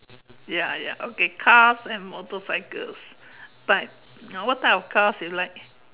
ya ya okay car and motorcycles type what type of cars you like